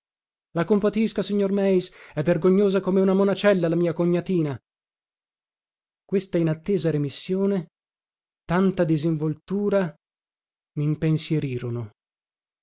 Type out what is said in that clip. la compatisca signor meis è vergognosa come una monacella la mia cognatina questa inattesa remissione tanta disinvoltura mimpensierirono